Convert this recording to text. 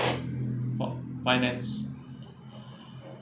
about finance